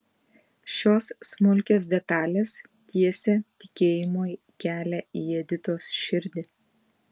šios smulkios detalės tiesė tikėjimui kelią į editos širdį